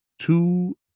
two